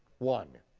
one.